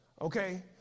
Okay